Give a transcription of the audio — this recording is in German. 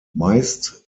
meist